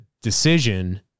decision